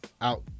out